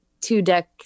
two-deck